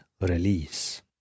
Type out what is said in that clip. release